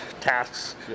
tasks